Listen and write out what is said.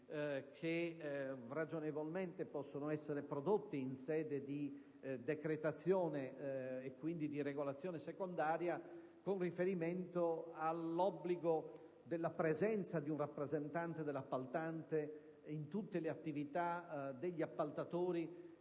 che ragionevolmente possono essere prodotti in sede di decretazione, quindi di regolazione secondaria, con riferimento, per esempio, alla presenza di un rappresentante dell'appaltante in tutte le attività degli appaltatori: